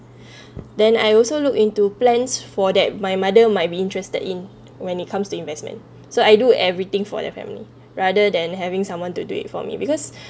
then I also look into plans for that my mother might be interested in when it comes to investment so I do everything for the family rather than having someone to do it for me because